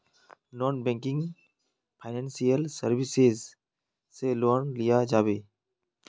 Non banking financial services से loan लिया जाबे?